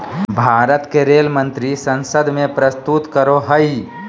भारत के रेल मंत्री संसद में प्रस्तुत करो हइ